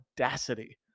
audacity